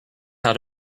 how